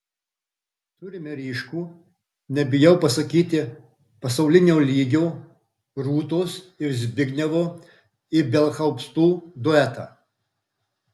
turime ryškų nebijau pasakyti pasaulinio lygio rūtos ir zbignevo ibelhauptų duetą